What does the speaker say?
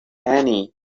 annie